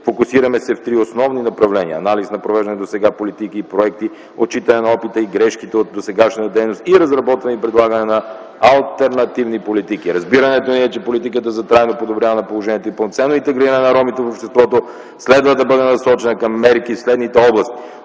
Фокусираме се в три основни направления: анализ на провеждани досега политики и проекти, отчитане на опита и грешките от досегашната дейност и разработване и предлагане на алтернативни политики. Разбирането ни е, че политиката за трайно подобряване на положението и пълноценно интегриране на ромите в обществото, следва да бъде насочена към мерки в следните области: